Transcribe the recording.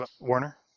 Warner